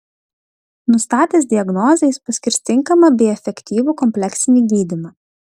nustatęs diagnozę jis paskirs tinkamą bei efektyvų kompleksinį gydymą